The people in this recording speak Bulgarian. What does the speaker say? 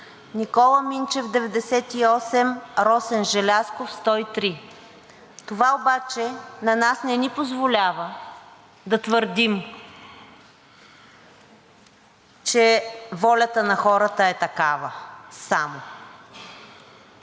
Никола Минчев 98, Росен Желязков 103. Това обаче на нас не ни позволява да твърдим, че волята на хората е такава. Само